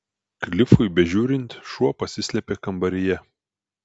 klifui bežiūrint šuo pasislėpė kambaryje